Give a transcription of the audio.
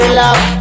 love